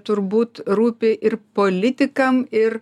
turbūt rūpi ir politikam ir